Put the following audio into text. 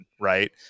right